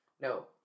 No